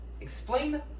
explain